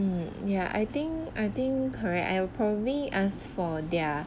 um yeah I think I think correct I'll probably ask for their